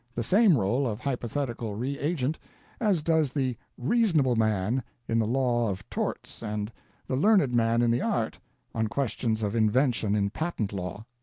the same role of hypothetical reagent as does the reasonable man in the law of torts and the learned man in the art on questions of invention in patent law.